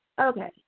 Okay